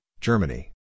Germany